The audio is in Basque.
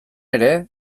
ere